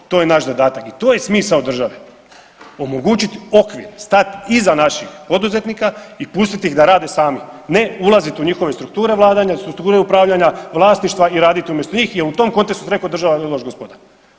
je naš zadatak i to je smisao države, omogućit okvir, stat iza naših poduzetnika i pustit ih da rade sami, ne ulazit u njihove strukture vladanja, strukture upravljanja, vlasništva i radit umjesto njih jel u tom kontekstu bi rekao da država je loš gospodar.